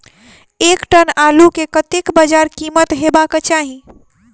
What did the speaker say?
एक टन आलु केँ कतेक बजार कीमत हेबाक चाहि?